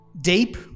deep